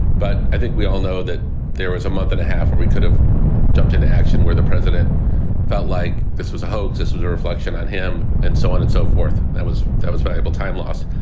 but i think we all know that there was a month and a half or we could have jumped into action where the president felt like this was a hoax. this was a reflection on him and so on and so forth. that was that was valuable. time lost.